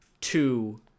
two